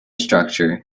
structure